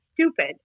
stupid